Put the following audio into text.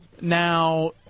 Now